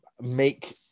Make